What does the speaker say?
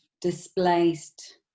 displaced